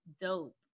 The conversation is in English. dope